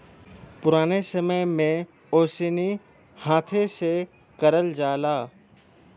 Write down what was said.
पुराने समय में ओसैनी हाथे से करल जाला